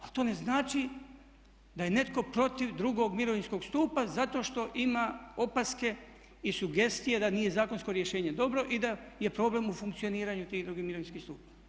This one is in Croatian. Ali to ne znači da je netko protiv drugog mirovinskog stupa zato što ima opaske i sugestije da nije zakonsko rješenje dobro i da je problem u funkcioniranju tih drugih mirovinskih stupova.